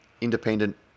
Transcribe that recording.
independent